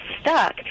stuck